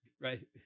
Right